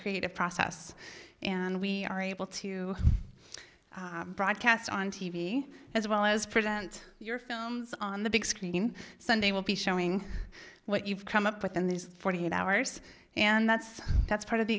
process and we are able to broadcast on t v as well as prevent your films on the big screen sunday will be showing what you've come up with in these forty eight hours and that's that's part of the